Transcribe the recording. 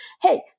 Hey